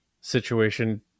situation